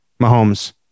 Mahomes